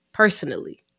Personally